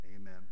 amen